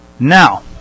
Now